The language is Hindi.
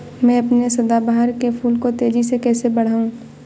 मैं अपने सदाबहार के फूल को तेजी से कैसे बढाऊं?